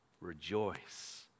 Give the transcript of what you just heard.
rejoice